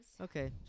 Okay